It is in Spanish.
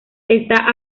está